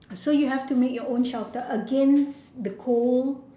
so you have to make your own shelter against the cold